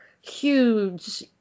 huge